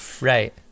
Right